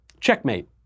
Checkmate